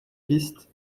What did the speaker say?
piste